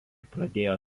pradėjo